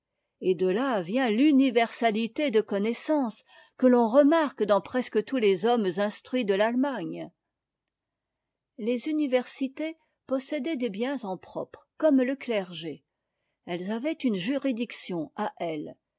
et de tà vient l'universalité de connaissances que l'on remarque dans presque tous les hommes instruits de l'allemagne les universités possédaient des biens en propre comme le clergé elles avaient une juridiction à elles